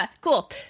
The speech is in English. Cool